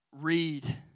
read